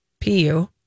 pu